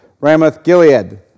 Ramoth-Gilead